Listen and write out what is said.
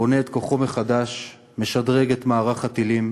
בונה את כוחו מחדש, משדרג את מערך הטילים,